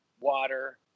water